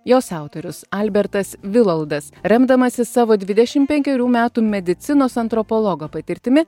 jos autorius albertas viloldas remdamasis savo dvidešimt penkerių metų medicinos antropologo patirtimi